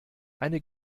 eine